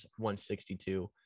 162